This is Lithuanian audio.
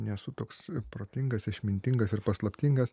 nesu toks protingas išmintingas ir paslaptingas